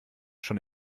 schon